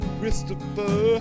Christopher